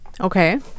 Okay